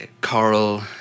Coral